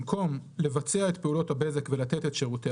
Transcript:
במקום" לבצע את פעולות הבזק ולתת את שירותי